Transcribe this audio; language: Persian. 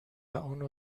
اونو